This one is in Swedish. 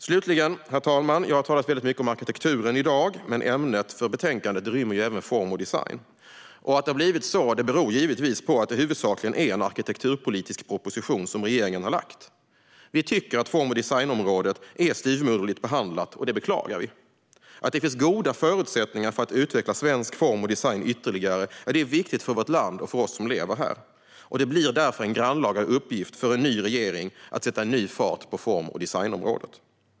Slutligen, herr talman, har jag talat mycket om arkitekturen i dag, men ämnet för betänkandet rymmer även form och design. Att det har blivit så beror givetvis på att det huvudsakligen är en arkitekturpolitisk proposition som regeringen har lagt fram. Vi tycker att form och designområdet är styvmoderligt behandlat, och det beklagar vi. Att det finns goda förutsättningar för att utveckla svensk form och design ytterligare är viktigt för vårt land och för oss som lever här. Det blir därför en grannlaga uppgift för en ny regering att sätta ny fart på form och designområdet.